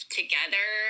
together